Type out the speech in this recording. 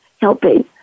helping